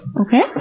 Okay